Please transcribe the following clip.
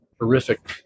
horrific